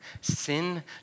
Sin